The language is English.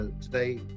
today